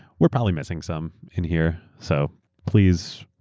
we're probably missing some in here. so please,